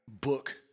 book